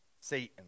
Satan